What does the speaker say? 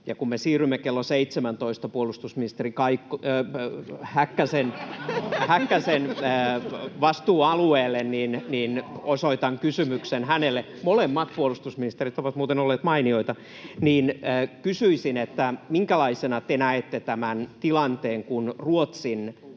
kun me siirrymme kello 17 puolustusministeri Kaikkosen... Häkkäsen vastuualueelle, niin osoitan kysymyksen hänelle — molemmat puolustusministerit ovat muuten olleet mainioita. Kysyisin: Minkälaisena te näette tämän tilanteen, kun Ruotsin